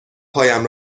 پایم